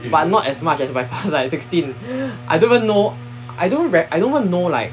but not as much as my father side sixteen I don't even know I don't re~ I don't even know like